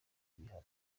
ibihano